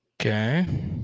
Okay